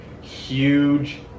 Huge